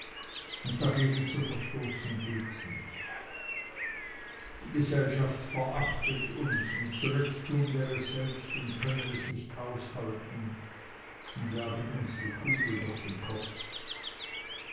und dagegen zu verstoßen geht nicht die gesellschaft verachtet uns und zuletzt tun wir es selbst und können es nicht aushalten und jagen uns die kugel durch den kopf